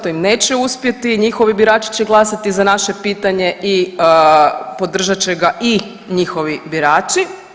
To im neće uspjeti i njihovi birači će glasati za naše pitanje i podržat će ga i njihovi birači.